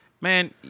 Man